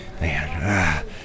Man